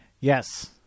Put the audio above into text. Yes